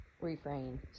refrain